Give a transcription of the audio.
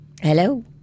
Hello